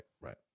right